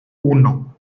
uno